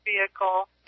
vehicle